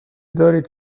دارید